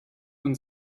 und